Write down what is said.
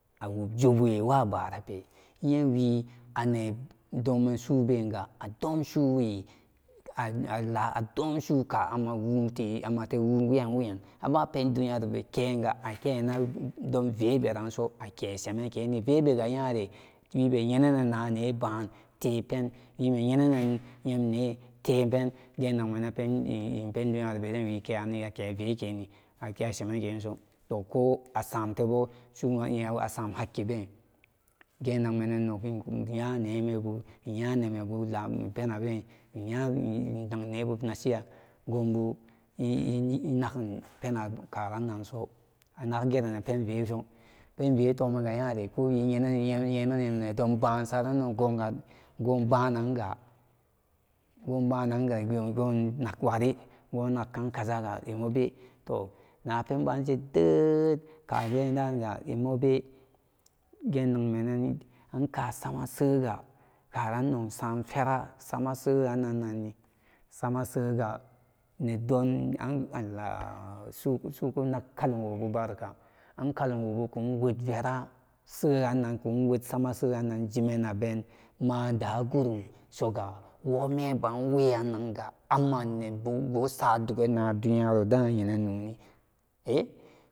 Awob jubwe wabarape inyewi ane domensu bega adomsuwe ala adóósuwe kamatewo weyan weyan abapen duyarobe kega ake na don veberanso akesemenkeni vebega nyare wibeyenenenna nebatepen wibe nyenenen yemnetepen genagmenenpen pen duyaro beden wikeyanni wike veken akeshemenkeso tohko asam tebosumayini asam hakkiben genagmen en nokin nya nemebu iya nemebu penabe inyayin nebu nasiya gobeyininagan pen karananso agageran penveso penvetoma ga yare kowi yenan nedon basaranno gobananga gobananga gon nakwawi gonag kan kazaga imobe toh napen bááge dééd kagendaga imobe gennagmenen anka sama sega karan nonsam ferag sama se nanni sama sega nedon nan náá sukunag kalum wobu barka an kalumwo bu kun wo'dvera seranga sama seranni jimenaben madagoro mga suga womeba weyannanga amma nengo saduganna duniya rodan yenen nóóni